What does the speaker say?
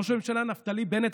ראש הממשלה נפתלי בנט,